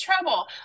trouble